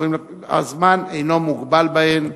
הזמן אינו מוגבל בהן.